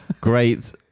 great